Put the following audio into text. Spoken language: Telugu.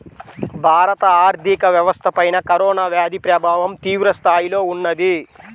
భారత ఆర్థిక వ్యవస్థపైన కరోనా వ్యాధి ప్రభావం తీవ్రస్థాయిలో ఉన్నది